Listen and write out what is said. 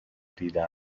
دیده